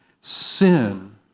sin